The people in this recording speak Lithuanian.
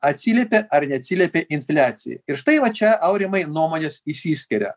atsiliepė ar neatsiliepė infliacijai ir štai va čia aurimai nuomonės išsiskiria